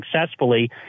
successfully